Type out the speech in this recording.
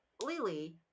Lily